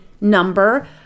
number